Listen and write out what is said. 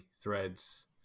Threads